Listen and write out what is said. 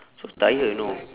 so tired you know